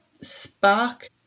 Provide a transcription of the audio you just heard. spark